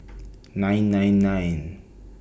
nine nine nine